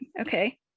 Okay